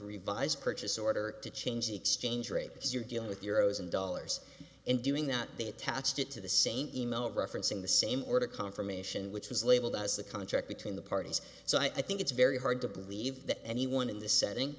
revised purchase order to change the exchange rate because you're dealing with euro's in dollars and doing that they attached it to the same email referencing the same order confirmation which was labeled as the contract between the parties so i think it's very hard to believe that anyone in this setting